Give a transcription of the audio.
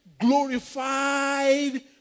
glorified